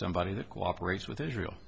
somebody that cooperate with israel